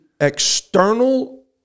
external